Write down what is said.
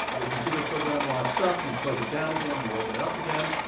your computer program locks up. you close it down again. you open it up again,